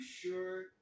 sure